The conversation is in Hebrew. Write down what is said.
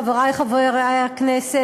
חברי חברי הכנסת,